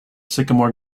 sycamore